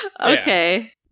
Okay